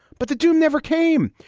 but the doom never came.